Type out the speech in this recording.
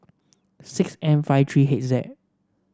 six N five three H Z